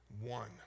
one